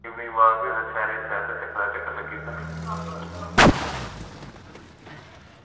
कन्नै evening walk बी होई जंदा ते कन्नै चक्कर दा चक्कर लग्गी जंदा